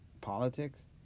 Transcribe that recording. politics